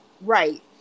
Right